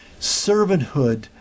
Servanthood